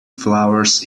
flowers